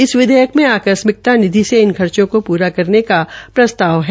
इस विधेयक में आकस्मिकता निधि से इन खर्चो को पूरा करने का प्रस्ताव किया गया है